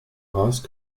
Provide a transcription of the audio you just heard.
race